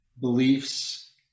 beliefs